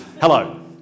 Hello